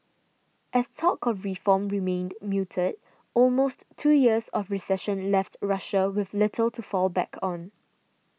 as talk of reform remained muted almost two years of recession left Russia with little to fall back on